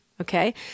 Okay